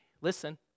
listen